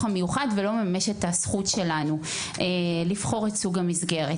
המיוחד ולא מממש את הזכות שלנו לבחור את סוג המסגרת.